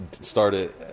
started